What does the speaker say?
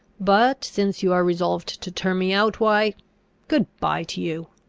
but since you are resolved to turn me out, why good bye to you!